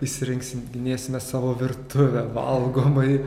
išsirinksim ginėsime savo virtuvę valgomąjį